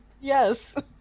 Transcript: Yes